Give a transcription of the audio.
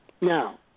Now